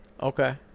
Okay